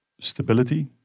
stability